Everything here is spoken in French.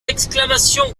exclamations